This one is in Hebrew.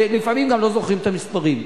כשלפעמים גם לא זוכרים את המספרים.